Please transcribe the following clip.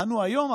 אנו היום,